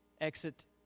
exit